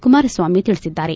ಕುಮಾರಸ್ವಾಮಿ ತಿಳಿಸಿದ್ದಾರೆ